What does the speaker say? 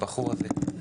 הבחור הזה.